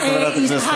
חברת הכנסת